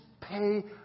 pay